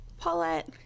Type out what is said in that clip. Paulette